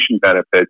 benefits